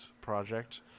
project